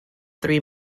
three